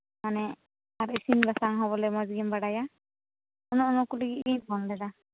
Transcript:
ᱢᱟᱱᱮ ᱟᱨ ᱤᱥᱤᱱ ᱵᱟᱟᱝ ᱦᱚᱸ ᱵᱚᱞᱮ ᱢᱚᱸᱡᱜᱮᱢ ᱵᱟᱲᱟᱭᱟ ᱚᱱᱮ ᱚᱱᱟ ᱠᱚ ᱞᱟᱹᱜᱤᱫ ᱜᱤᱧ ᱯᱷᱳᱱ ᱞᱮᱫᱟ